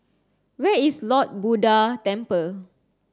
where is Lord Buddha Temple